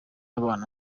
abana